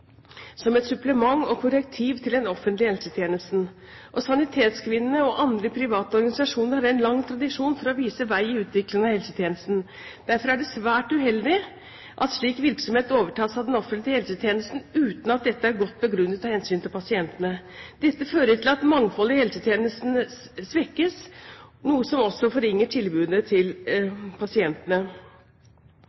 som et supplement og korrektiv til den offentlige helsetjenesten. Sanitetskvinnene og andre private organisasjoner har en lang tradisjon for å vise vei i utviklingen av helsetjenesten. Derfor er det svært uheldig at slik virksomhet overtas av den offentlige helsetjenesten, uten at dette er godt begrunnet av hensynet til pasientene. Dette fører til at mangfoldet i helsetjenesten svekkes, noe som også forringer tilbudet til